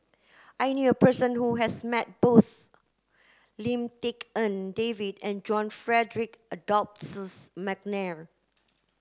I knew a person who has met both Lim Tik En David and John Frederick Adolphus McNair